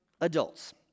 adults